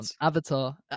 Avatar